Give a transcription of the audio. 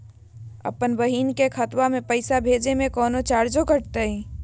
अपन बहिन के खतवा में पैसा भेजे में कौनो चार्जो कटतई?